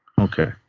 Okay